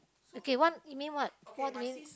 okay one you mean whS>